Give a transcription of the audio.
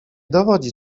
dowodzi